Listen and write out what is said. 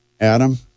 Adam